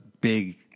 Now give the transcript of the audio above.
big